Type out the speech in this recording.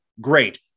great